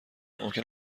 ممکن